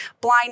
Blind